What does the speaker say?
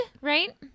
right